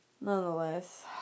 Nonetheless